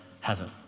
heaven